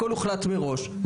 הכל הוחלט מראש,